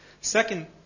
Second